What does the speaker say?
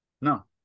No